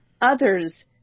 others